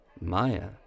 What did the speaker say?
Maya